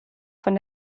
von